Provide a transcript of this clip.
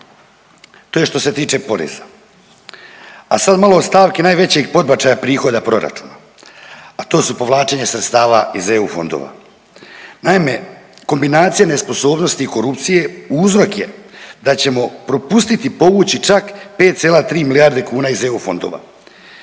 To je što se tiče poreza. A sad malo o stavki najvećeg podbačaja prihoda proračuna, a to su povlačenje sredstava iz EU fondova. Naime, kombinacije nesposobnosti i korupcije uzrok je da ćemo propustiti povući čak 5,3 milijarde kuna iz EU fondova.